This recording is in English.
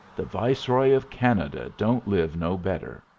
the viceroy of canada don't live no better.